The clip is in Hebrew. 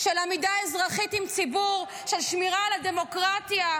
של עמידה אזרחית עם ציבור, של שמירה על הדמוקרטיה,